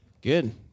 Good